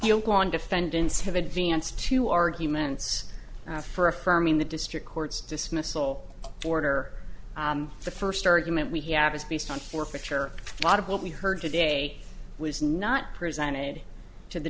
call on defendants have advanced two arguments for affirming the district court's dismissal order the first argument we have is based on forfeiture a lot of what we heard today was not presented to the